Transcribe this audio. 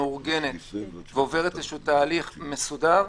מאורגנת ועוברת איזשהו תהליך מסודר,